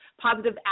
positive